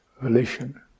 volition